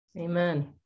amen